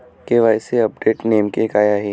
KYC update नेमके काय आहे?